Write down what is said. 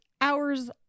hours